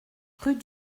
rue